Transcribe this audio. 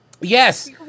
Yes